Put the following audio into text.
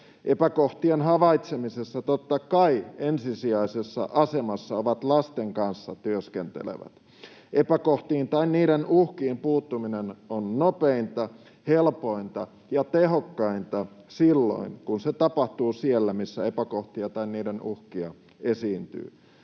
Epäkohtien havaitsemisessa totta kai ensisijaisessa asemassa ovat lasten kanssa työskentelevät. Epäkohtiin tai niiden uhkiin puuttuminen on nopeinta, helpointa ja tehokkainta silloin, kun se tapahtuu siellä, missä epäkohtia tai niiden uhkia esiintyy,